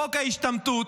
חוק ההשתמטות.